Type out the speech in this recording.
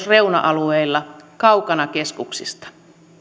reuna alueilla kaukana keskuksista